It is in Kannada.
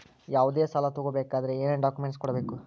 ಯಾವುದೇ ಸಾಲ ತಗೊ ಬೇಕಾದ್ರೆ ಏನೇನ್ ಡಾಕ್ಯೂಮೆಂಟ್ಸ್ ಕೊಡಬೇಕು?